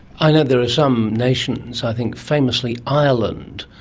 i know there are some nations, i think famously ireland,